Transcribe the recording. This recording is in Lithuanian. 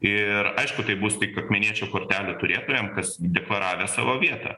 ir aišku tai bus tik akmeniečio kortelių turėtojam kas deklaravę savo vietą